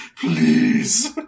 Please